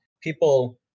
people